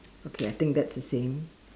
okay I think that's the same